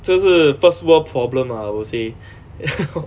这是 first world problem ah I would say